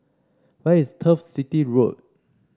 where is Turf City Road